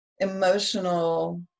emotional